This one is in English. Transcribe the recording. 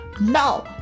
no